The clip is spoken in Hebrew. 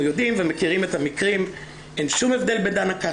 אנחנו יודעם ומכירים את המקרים ואין שום הבדל בין דנה...